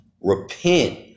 repent